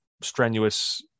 strenuous